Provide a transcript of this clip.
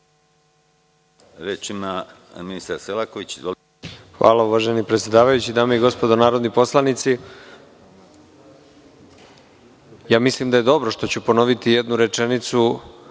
**Nikola Selaković** Hvala uvaženi predsedavajući. Dame i gospodo narodni poslanici, mislim da je dobro što ću ponoviti jednu rečenicu